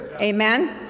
Amen